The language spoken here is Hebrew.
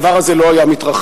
הדבר הזה לא היה מתרחש.